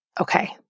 Okay